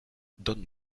donne